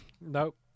Nope